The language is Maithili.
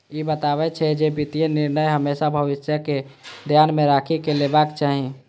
ई बतबै छै, जे वित्तीय निर्णय हमेशा भविष्य कें ध्यान मे राखि कें लेबाक चाही